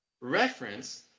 reference